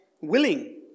willing